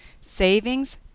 Savings